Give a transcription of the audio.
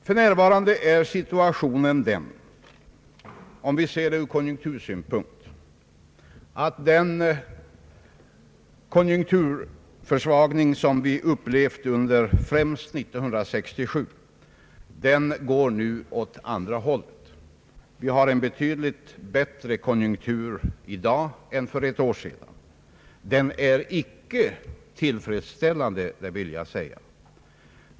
För närvarande är konjunktursituationen den, att den försvagning som vi upplevde främst under år 1967 nu går åt andra hållet. Konjunkturen i dag är betydligt bättre än för ett år sedan, men den är ändå icke tillfredsställande.